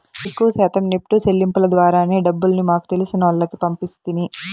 ఎక్కవ శాతం నెప్టు సెల్లింపుల ద్వారానే డబ్బుల్ని మాకు తెలిసినోల్లకి పంపిస్తిని